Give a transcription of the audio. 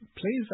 Please